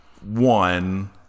one